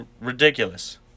ridiculous